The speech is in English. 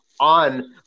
on